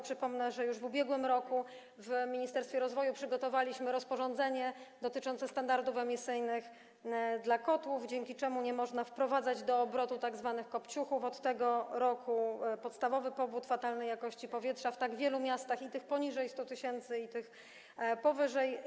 Przypomnę, że już w ubiegłym roku w Ministerstwie Rozwoju przygotowaliśmy rozporządzenie dotyczące standardów emisyjnych dla kotłów, dzięki czemu nie można od tego roku wprowadzać do obrotu tzw. kopciuchów, podstawowego powodu fatalnej jakości powietrza w tak wielu miastach, tych poniżej 100 tys. i tych powyżej.